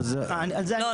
לא,